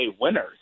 winners